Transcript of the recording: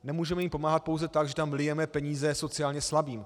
Nemůžeme jim pomáhat pouze tak, že tam vlijeme peníze sociálně slabým.